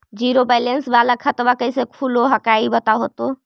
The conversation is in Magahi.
जीरो बैलेंस वाला खतवा कैसे खुलो हकाई बताहो तो?